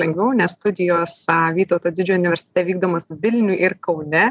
lengviau nes studijos vytauto didžiojo universitete vykdomas vilniuj ir kaune